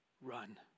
run